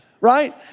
right